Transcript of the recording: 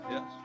Yes